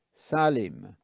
Salim